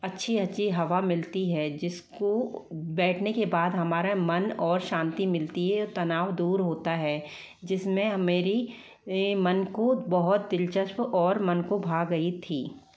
अच्छी अच्छी हवा मिलती है जिस को बैठने के बाद हमारा मन और शांती मिलती है और तनाव दूर होता है जिसमें मेरी मेरी मन को बहुत दिलचस्प और मन को भा गई थी